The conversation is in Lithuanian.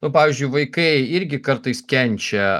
nu pavyzdžiui vaikai irgi kartais kenčia